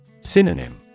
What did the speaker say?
Synonym